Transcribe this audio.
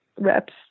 reps